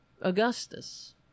Augustus